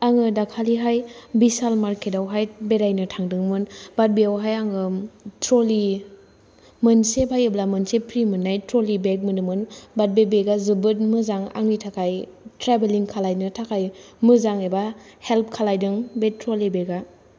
आंङो दाखालिहाय बिसाल मार्केट आवहाय बेरायनो थांदोंमोन बाट बेयावहाय आंङो ट्रलि मोनसे बायोब्ला मोनसे फ्रि मोननाय ट्रलि बेग मोनो मोन बाट बे बेगआ जोबोद मोजां आंनि थाखाय ट्रेबेललिं खालायनो थाखाय मोजां एबा हेल्प खालायदों बे ट्रलि बेगआ